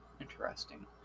Interesting